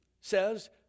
says